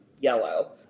yellow